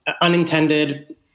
unintended